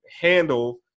handle